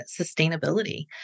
sustainability